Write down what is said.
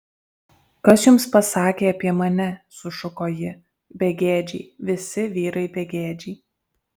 kas jums pasakė apie mane sušuko ji begėdžiai visi vyrai begėdžiai